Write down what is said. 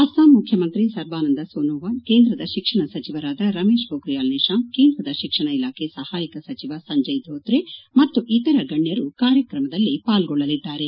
ಅಸ್ಸಾಂ ಮುಖ್ಯಮಂತ್ರಿ ಸರ್ಬಾನಂದ್ ಸೋನೊವಾಲ್ ಕೇಂದ್ರದ ಶಿಕ್ಷಣ ಸಚಿವರಾದ ರಮೇಶ್ ಮೋಖಿಯಾಲ್ ನಿಶಾಂಕ್ ಕೇಂದ್ರದ ಶಿಕ್ಷಣ ಇಲಾಖೆ ಸಹಾಯಕ ಸಚಿವ ಸಂಜಯ್ ಧೋತ್ರೆ ಮತ್ತು ಇತರ ಗಣ್ಯರು ಕಾರ್ಕ್ರಮದಲ್ಲಿ ಪಾಲ್ಗೊಳ್ಳಲಿದ್ದಾರೆ